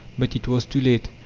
but it was too late.